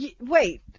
Wait